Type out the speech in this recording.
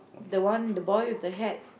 the one the boy with the hat